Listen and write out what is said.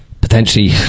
potentially